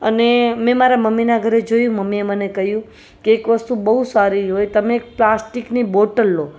અને મેં મારા મમ્મીનાં ઘરે જોયું મમ્મીએ મને કહ્યું કે એક વસ્તુ બહુ સારી હોય તમે એક પ્લાસ્ટિકની બોટલ લો